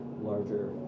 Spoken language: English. larger